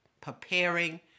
preparing